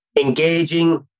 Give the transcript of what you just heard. engaging